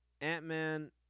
Ant-Man